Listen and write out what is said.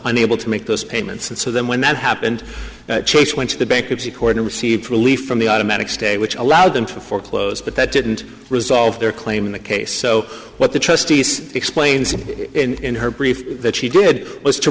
unable to make those payments and so then when that happened chase went to the bankruptcy court and received relief from the automatic state which allowed them to foreclose but that didn't resolve their claim in the case so what the trustees explains in her brief that she did was to